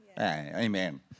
Amen